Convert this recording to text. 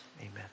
Amen